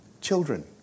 children